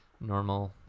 normal